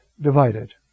divided